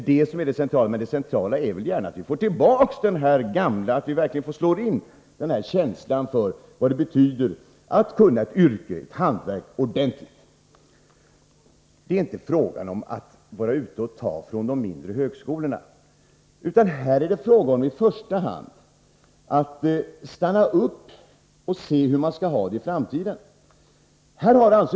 Det centrala är att vi får tillbaka den gamla känslan för vad det betyder att kunna ett yrke eller ett hantverk ordentligt. Det är inte fråga om att ta från de mindre högskolorna. Här är det i första hand fråga om att stanna upp och se hur man skall ha det i framtiden.